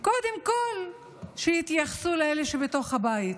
קודם כול שיתייחסו לאלה שבתוך הבית.